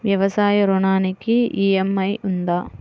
వ్యవసాయ ఋణానికి ఈ.ఎం.ఐ ఉందా?